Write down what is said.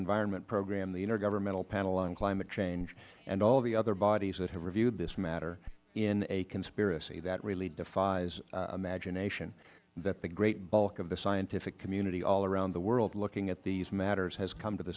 programme the intergovernmental panel on climate change and all the other bodies that have reviewed this matter in a conspiracy that really defies imagination that the great bulk of the scientific community all around the world looking at these matters has come to the